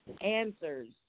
answers